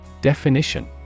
Definition